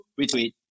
retweet